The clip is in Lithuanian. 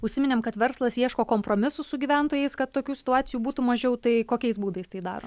užsiminėm kad verslas ieško kompromisų su gyventojais kad tokių situacijų būtų mažiau tai kokiais būdais tai daro